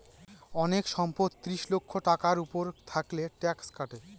অনেক সম্পদ ত্রিশ লক্ষ টাকার উপর থাকলে ট্যাক্স কাটে